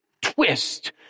twist